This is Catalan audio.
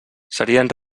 serien